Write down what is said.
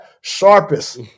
Sharpest